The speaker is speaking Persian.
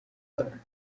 داره